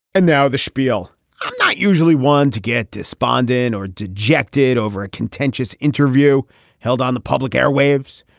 and now the spiel not usually one to get despondent or dejected over a contentious interview held on the public airwaves.